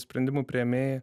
sprendimų priėmėjai